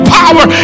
power